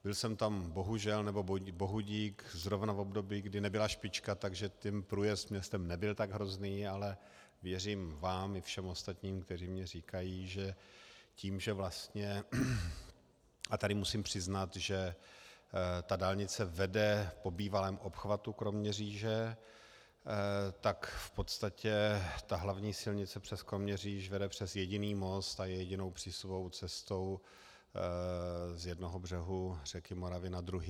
Byl jsem tam bohužel, nebo bohudík zrovna v období, kdy nebyla špička, takže průjezd městem nebyl tak hrozný, ale věřím vám i všem ostatním, kteří mi říkají, že tím, že vlastně a tady musím přiznat, že dálnice vede po bývalém obchvatu Kroměříže, tak v podstatě hlavní silnice přes Kroměříž vede přes jediný most a je jedinou přístupovou cestou z jednoho břehu řeky Moravy na druhý.